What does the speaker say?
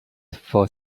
for